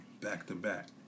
back-to-back